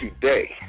today